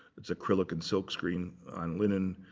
it's acrylic and silkscreen on linen.